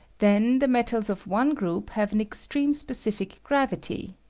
then the met als of one group have an extreme specific grav ity,